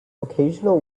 occasional